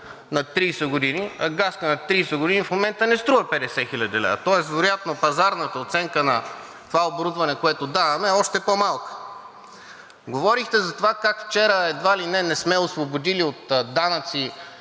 над 30 години, а газка над 30 години в момента не струва 50 000 лв. Тоест вероятно пазарната оценка на това оборудване, което даваме, е още по-малка. Говорихте за това как вчера едва ли не не сме освободили от данъци